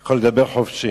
יכול לדבר חופשי.